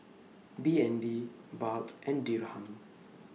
B N D Baht and Dirham